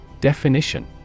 Definition